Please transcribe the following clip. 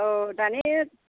औ माने